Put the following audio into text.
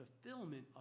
fulfillment